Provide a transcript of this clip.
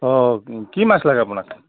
অঁ কি কি মাছ লাগে আপোনাক